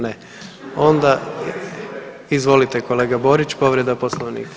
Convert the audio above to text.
Ne, onda izvolite kolega Borić, povreda Poslovnika.